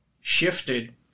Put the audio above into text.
shifted